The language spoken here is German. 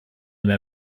mehr